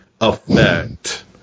effect